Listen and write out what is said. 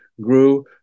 grew